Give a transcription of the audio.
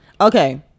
Okay